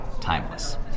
timeless